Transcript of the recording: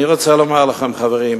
אני רוצה לומר לכם, חברים,